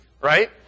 Right